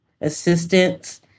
assistance